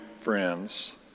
friends